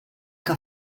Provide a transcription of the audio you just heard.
que